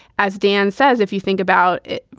as dan says, if you think about it,